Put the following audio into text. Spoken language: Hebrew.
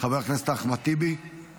חוק ומשפט לצורך הכנתה לקריאה השנייה והשלישית.